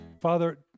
Father